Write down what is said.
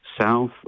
south